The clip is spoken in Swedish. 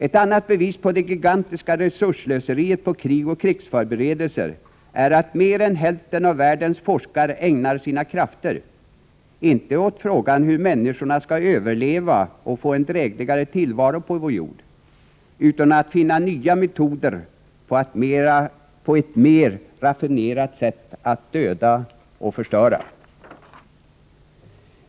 Ett annat bevis på det gigantiska slöseriet med resurser på krig och krigsförberedelser är att mer än hälften av världens forskare ägnar sina krafter — inte åt frågan hur människorna skall överleva och få en drägligare tillvaro på vår jord, utan åt att finna nya metoder att på ett än mer raffinerat sätt döda och förstöra.